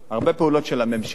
הרבה פעולות של הממשלה